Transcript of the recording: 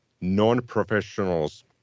non-professionals